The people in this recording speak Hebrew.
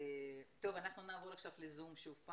אנחנו נעבור ל-זום.